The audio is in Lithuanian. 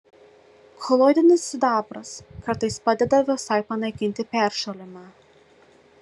koloidinis sidabras kartais padeda visai panaikinti peršalimą